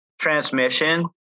transmission